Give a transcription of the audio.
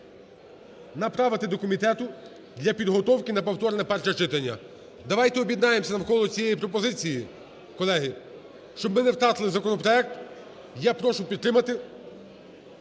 направити до комітету для підготовки на повторне перше читання. Давайте об'єднаємося навколо цієї пропозиції, колеги, щоб ми не втратили законопроект. Я прошу підтримати